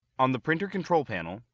on the printer control panel,